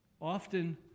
Often